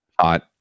hot